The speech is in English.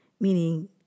Meaning